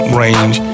range